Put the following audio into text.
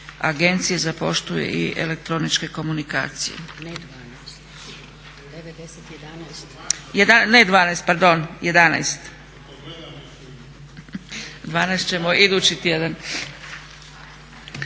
agencije za poštu i elektroničke komunikacije. Ne 12 pardon, 11. 12 ćemo idući tjedan.